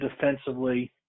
defensively